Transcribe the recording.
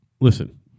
Listen